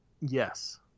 Yes